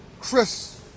Chris